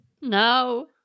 No